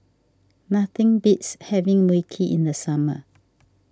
nothing beats having Mui Kee in the summer